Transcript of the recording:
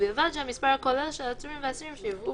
ובלבד שהמספר הכולל של העצורים והאסירים שיובאו